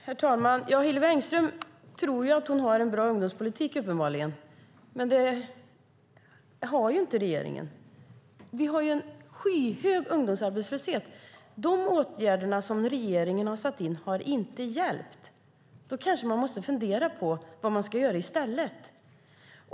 Herr talman! Hillevi Engström tror uppenbarligen att regeringen har en bra ungdomspolitik, men det har den inte. Vi har en skyhög ungdomsarbetslöshet. De åtgärder som regeringen har satt in har inte hjälpt. Då kanske man måste fundera på vad man ska göra i stället.